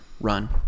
run